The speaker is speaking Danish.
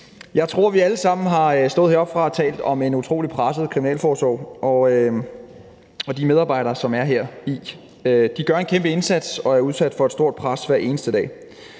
Jeg tror, vi alle sammen har stået heroppe og talt om en utrolig presset kriminalforsorg og de medarbejdere, som er heri. De gør en kæmpe indsats og er udsat for et stort pres hver eneste dag.